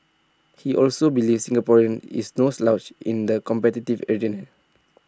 he also believes Singaporean is no slouch in the competitive